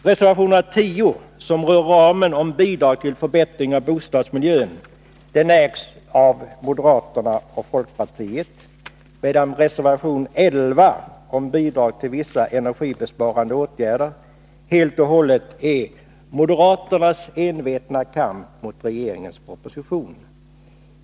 Reservation 10, som rör ramen för bidrag till förbättring av bostadsmiljön, ägs av moderaterna och folkpartiet, medan reservation 11 om bidrag till vissa energibesparande åtgärder helt och hållet är moderaternas envetna kamp mot regeringens proposition.